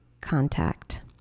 contact